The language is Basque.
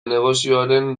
negozioaren